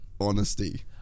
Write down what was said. honesty